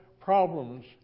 problems